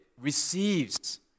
receives